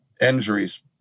injuries